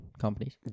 companies